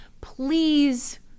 please